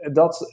dat